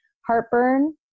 heartburn